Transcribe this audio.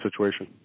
situation